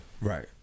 Right